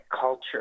culture